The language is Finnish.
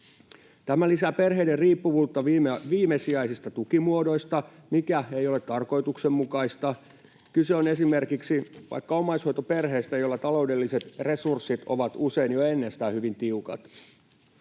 Tämä lisää perheiden riippuvuutta viimesijaisista tukimuodoista, mikä ei ole tarkoituksenmukaista. Kyse on esimerkiksi vaikka omaishoitoperheestä, jolla taloudelliset resurssit ovat usein jo ennestään hyvin tiukat.